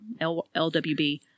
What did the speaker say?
LWB